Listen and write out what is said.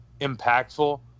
impactful